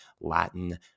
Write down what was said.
latin